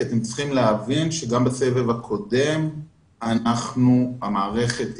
כי אתם צריכים להבין שגם בסבב הקודם המערכת תפקדה,